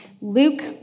Luke